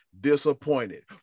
disappointed